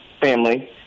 family